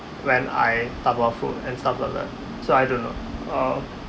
when I tapau food and stuff like that so I don't know uh